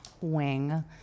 wing